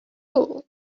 all